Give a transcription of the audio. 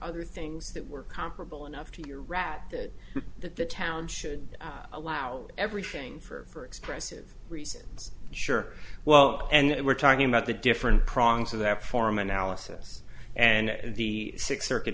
other things that were comparable enough to your rat that that the town should allow everything for expressive reasons sure well and we're talking about the different prongs of that form analysis and the sixth circuit